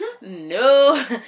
no